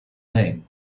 name